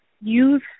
use